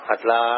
Atla